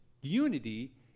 unity